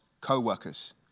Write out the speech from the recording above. co-workers